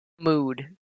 mood